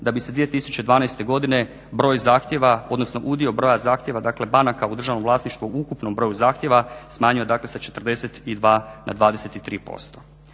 da bi se 2012. godine broj zahtjeva, odnosno udio broja zahtjeva banaka u državnom vlasništvu u ukupnom broju zahtjeva smanjio dakle sa 42 na 23%.